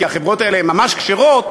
כי החברות האלה הן ממש כשרות,